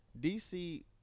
DC